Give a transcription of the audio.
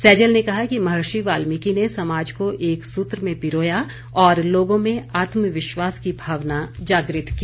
सैजल ने कहा कि महर्षि वाल्मिकी ने समाज को एकसूत्र में पिरोया और लोगों में आत्मविश्वास की भावना जागृत की